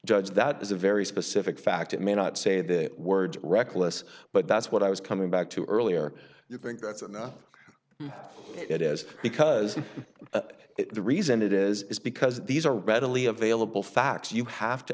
judge that is a very specific fact it may not say the word reckless but that's what i was coming back to earlier you think that's enough it is because the reason it is because these are readily available facts you have to